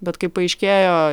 bet kaip paaiškėjo